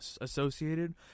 associated